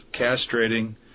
castrating